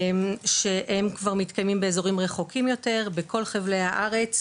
שהם כבר מתקיימים באזורים רחוקים יותר בכל חבלי הארץ,